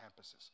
campuses